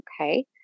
Okay